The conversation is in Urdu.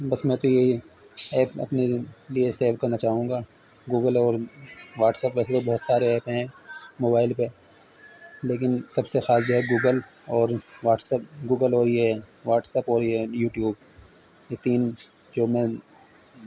بس میں تو یہی ایپ اپنے لیے سیو کرنا چاہوں گا گوگل اور واٹسپ ویسے تو بہت سارے ایپ ہیں موبائل پہ لیکن سب سے خاص جو ہے گوگل اور واٹسپ گوگل اور یہ ہے واٹس ایپ اور یہ ہے یوٹیوب یہ تین جو میں